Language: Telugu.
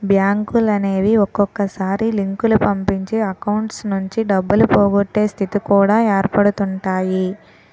బ్యాంకులనేవి ఒక్కొక్కసారి లింకులు పంపించి అకౌంట్స్ నుంచి డబ్బులు పోగొట్టే స్థితి కూడా ఏర్పడుతుంటాయి